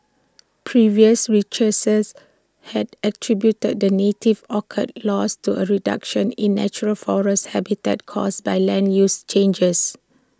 previous researchers had attributed the native orchid's loss to A reduction in natural forest habitats caused by land use changes